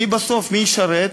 מי בסוף ישרת?